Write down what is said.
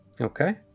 Okay